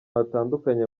hatandukanye